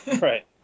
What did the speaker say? Right